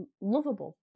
lovable